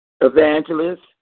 evangelist